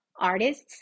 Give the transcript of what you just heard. Artists